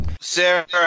Sarah